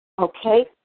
Okay